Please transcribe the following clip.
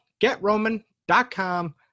GetRoman.com